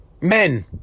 Men